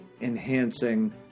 enhancing